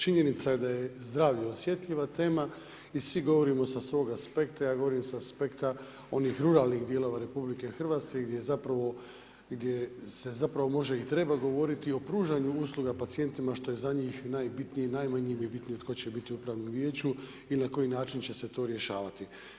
Činjenica je da je zdravlje osjetljiva tema i svi govorimo sa svoga aspekta, ja govorim sa aspekta onih ruralnih dijelova RH gdje se zapravo može i treba govoriti o pružanju usluga pacijentima što je za njih najbitnije i najmanje je bitno tko će biti u upravnom vijeću i na koji način će se to rješavati.